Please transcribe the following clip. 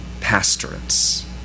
pastorates